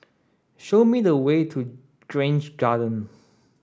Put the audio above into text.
show me the way to Grange Garden